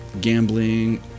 gambling